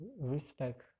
respect